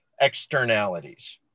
externalities